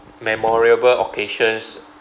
memorable occasions